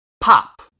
pop